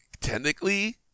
technically